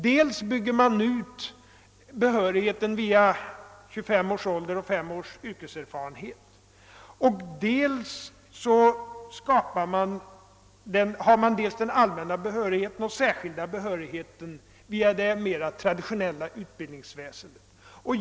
Dels bygger man då ut behörigheten via 25 års ålder och 5 års yrkeserfarenhet, dels har man den allmänna behörigheten och den särskilda behörigheten via det mera traditionella utbildningsväsendet.